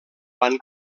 van